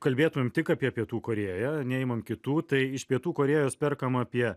kalbėtumėm tik apie pietų korėją neimam kitų tai iš pietų korėjos perkama apie